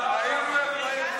זאת הארץ שלנו.